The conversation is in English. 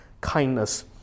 kindness